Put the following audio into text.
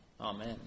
Amen